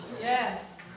Yes